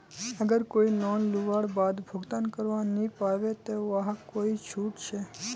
अगर कोई लोन लुबार बाद भुगतान करवा नी पाबे ते वहाक कोई छुट छे?